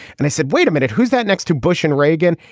and i said wait a minute. who's that next to bush and reagan.